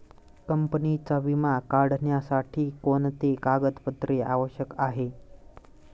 कंपनीचा विमा काढण्यासाठी कोणते कागदपत्रे आवश्यक आहे?